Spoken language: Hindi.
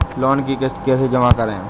लोन की किश्त कैसे जमा करें?